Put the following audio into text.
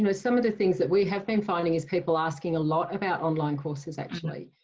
and some of the things that we have been finding is people asking a lot about online courses, actually.